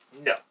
No